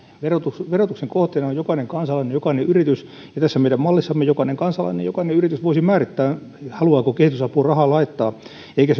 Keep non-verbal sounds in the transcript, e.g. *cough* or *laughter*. verotuksen verotuksen kohteena on jokainen kansalainen ja jokainen yritys ja tässä meidän mallissamme jokainen kansalainen ja jokainen yritys voisi määrittää haluaako kehitysapuun rahaa laittaa eikä *unintelligible*